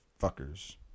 fuckers